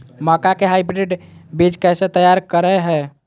मक्का के हाइब्रिड बीज कैसे तैयार करय हैय?